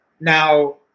now